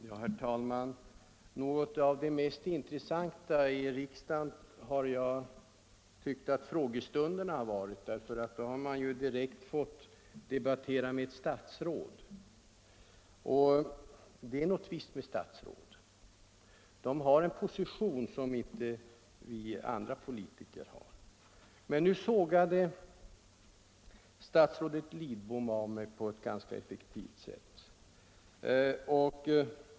Herr talman! Något av det mest intressanta i riksdagen är enligt mitt förmenande frågestunderna, eftersom man då direkt får debattera med statsråden. Och det är något visst med statsråd — de har en position som inte vi andra politiker har. Men nu sågade statsrådet Lidbom av min möjlighet att diskutera på ett rätt effektivt sätt.